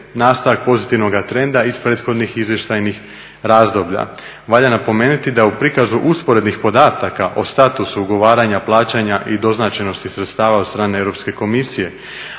nastavak pozitivnoga trenda iz prethodnih izvještajnih razdoblja. Valja napomenuti da u prikazu usporednih podataka o statusu ugovaranja, plaćanja i doznačenosti sredstava od strane Europske komisije,